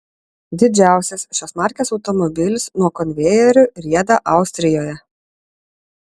didžiausias šios markės automobilis nuo konvejerių rieda austrijoje